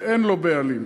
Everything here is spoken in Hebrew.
שאין לו בעלים.